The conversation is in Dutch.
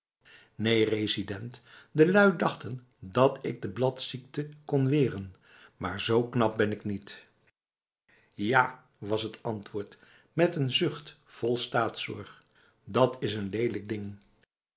neen resident de lui dachten dat ik de bladziekte kon weren maarzo knap ben ik niet ja was t antwoord met een zucht vol staatszorg dat is n lelijk ding